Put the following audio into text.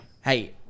Hey